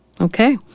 Okay